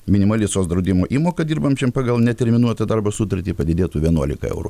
minimali soc draudimo įmoka dirbančiam pagal neterminuotą darbo sutartį padidėtų vienuolika eurų